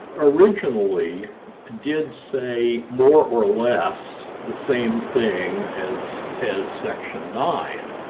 originally did say, more or less, the same thing as as section nine,